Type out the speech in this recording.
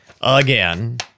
Again